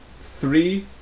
three